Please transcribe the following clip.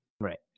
Right